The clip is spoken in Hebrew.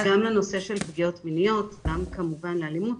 לנושא של פגיעות מיניות גם כמובן לאלימות,